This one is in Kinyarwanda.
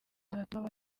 zatuma